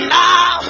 now